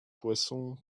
poisson